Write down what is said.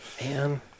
man